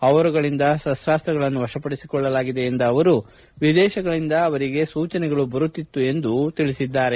ಅವರುಗಳಿಂದ ಶಸ್ತಾಸ್ತಗಳನ್ನು ವಶಪಡಿಸಿಕೊಳ್ಳಲಾಗಿದೆ ಎಂದ ಅವರು ವಿದೇಶಗಳಿಂದ ಅವರಿಗೆ ಸೂಚನೆಗಳು ಬರುತ್ತಿತ್ತು ಎಂದೂ ತಿಳಿಸಿದ್ದಾರೆ